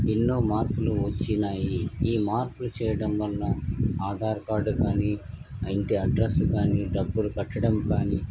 ఎన్నో మార్పులు వచ్చినాయి ఈ మార్పులు చేయడం వల్ల ఆధార్ కార్డ్ కానీ ఇంటి అడ్రెస్ కానీ డబ్బులు కట్టడం కానీ